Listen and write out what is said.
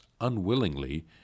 unwillingly